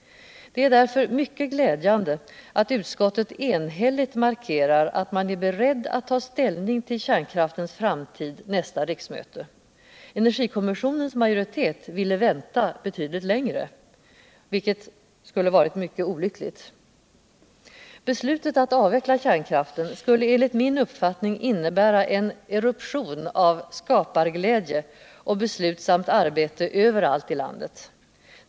Det är därför mycket glädjande att utskottet enhälligt markerar att man är beredd att ta ställning till kärnkraftens framtid under nästa riksmöte. Energikommissionens majoritet ville vänta längre, vilket skulle vara mycket olyckligt. Beslutet att avveckla kärnkraften skulle enligt min uppfattning innebära en eruption av skaparglädje och beslutsamt arbete överallt i landet.